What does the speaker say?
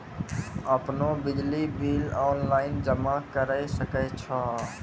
आपनौ बिजली bill online जमा करै सकै छौ?